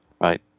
right